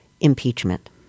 impeachment